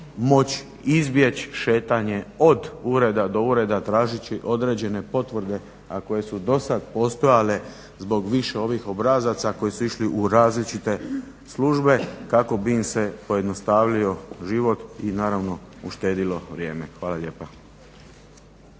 moći izbjeći šetanje od ureda do ureda tražeći određene potvrde a koje su dosad postojale zbog više ovih obrazaca koji su išli u različite službe kako bi im se pojednostavio život i naravno uštedjelo vrijeme. Hvala lijepa.